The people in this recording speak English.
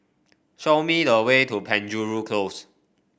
show me the way to Penjuru Close